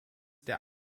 der